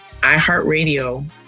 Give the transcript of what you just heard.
iHeartRadio